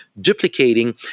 duplicating